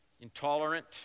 intolerant